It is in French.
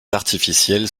artificielles